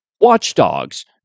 watchdogs